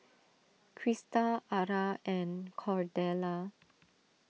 Crysta Ara and Cordella